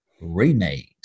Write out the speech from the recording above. remade